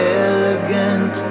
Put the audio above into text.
elegant